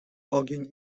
ogień